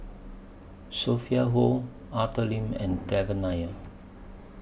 Sophia Hull Arthur Lim and Devan Nair